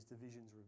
divisions